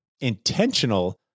intentional